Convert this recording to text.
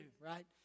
right